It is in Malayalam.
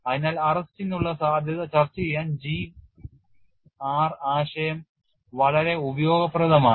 അതിനാൽ അറസ്റ്റിനുള്ള സാധ്യത ചർച്ച ചെയ്യാൻ G R ആശയം വളരെ ഉപയോഗപ്രദമാണ്